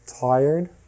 tired